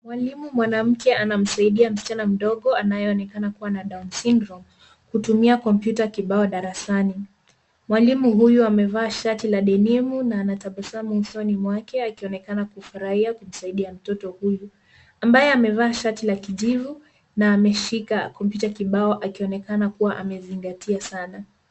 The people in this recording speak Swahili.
Mwalimu mwanamke anamsaidia msichana mdogo anayeonekana kuwa na (cs) down syndrome (cs) kutumia kompyuta kibao darasani. Mwalimu huyo amevaa shati la denimu na ana tabasamu usoni mwake akionekana kufurahia kusaidia mtoto huyu ambaye amevaa shati la kijivu na ameshika kompyuta kibao akionekana kuwa amezingatia sana.